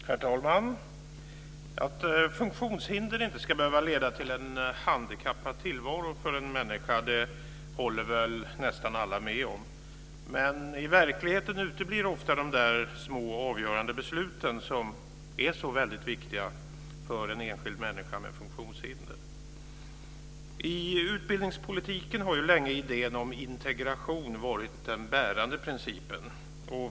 Herr talman! Att funktionshinder inte ska behöva leda till en handikappad tillvaro för en människa håller väl nästan alla med om. Men i verkligheten uteblir ofta de där små avgörande besluten som är så väldigt viktiga för en enskild människa med funktionshinder. I utbildningspolitiken har länge idén om integration varit den bärande principen.